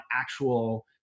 actual